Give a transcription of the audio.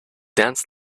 danced